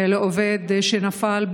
לעובד שנפל.